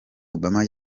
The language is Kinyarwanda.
obama